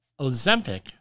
Ozempic